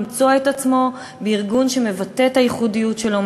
למצוא את עצמו בארגון שמבטא את הייחודיות שלו,